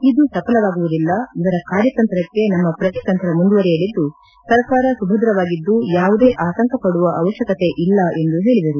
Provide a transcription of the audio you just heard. ಇದು ಸಫಲವಾಗುವುದಿಲ್ಲ ಇವರ ಕಾರ್ಯತಂತ್ರಕ್ಕೆ ನಮ್ಮ ಶ್ರತಿ ತಂತ್ರ ಮುಂದುವರೆಯಲಿದ್ದು ಸರ್ಕಾರ ಸುಭದ್ರವಾಗಿದ್ದು ಯಾವುದೇ ಆತಂಕಪಡುವ ಅವಶ್ಯಕತೆ ಇಲ್ಲ ಎಂದು ಹೇಳಿದರು